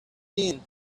thing